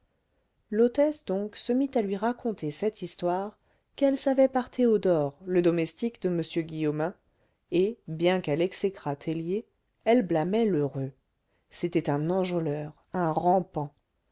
l'hôtesse donc se mit à lui raconter cette histoire qu'elle savait par théodore le domestique de m guillaumin et bien qu'elle exécrât tellier elle blâmait lheureux c'était un enjôleur un rampant